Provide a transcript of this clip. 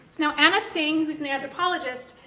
now, anna tsing, who's an anthropologist,